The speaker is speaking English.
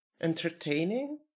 Entertaining